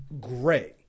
gray